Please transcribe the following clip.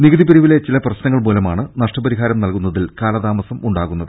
നികുതി പിരിവിലെ ചില പ്രശ്നങ്ങൾമൂലമാണ് നഷ്ടപരിഹാരം നൽകു ന്നതിൽ കാലതാമസം ഉണ്ടാകുന്നത്